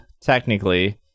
technically